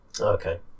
okay